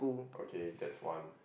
okay that's one